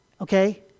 okay